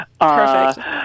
Perfect